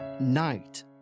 night